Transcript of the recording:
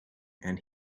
and